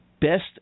Best